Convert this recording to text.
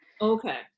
okay